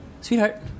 Sweetheart